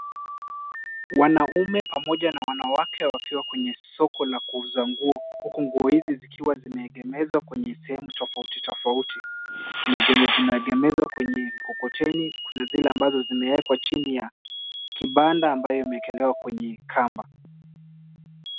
Wanaume pamoja na wanawake wakiwa kwenye soko la kuuza nguo. Huku nguo hizi zikiwa zimeegemezwa kwenye sehemu tofauti tofauti. Kuna zenye zimeegemezwa kwenye mkokoteni, kuna zile ambazo zimewekwa chini ya kibanda ambayo imeekelewa kwenye kamba.